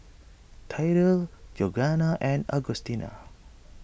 Tyrell Georganna and Augustina